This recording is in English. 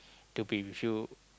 to be with you